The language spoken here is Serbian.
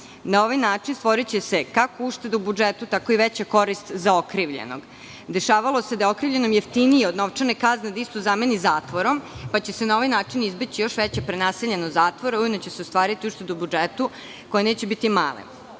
Na ovaj način će se stvoriti kako ušteda u budžetu, tako i veća korist za okrivljenog. Dešavalo se da je okrivljenom jeftinije od novčane kazne da istu zameni zatvorom pa će se na ovaj način izbeći još veća prenaseljenost zatvora i ujedno će se ostvariti uštede u budžetu, koje neće biti